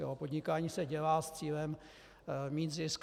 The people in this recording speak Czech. Podnikání se dělá s cílem mít zisk.